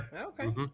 Okay